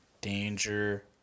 danger